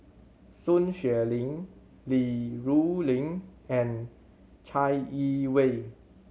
Sun Xueling Li Rulin and Chai Yee Wei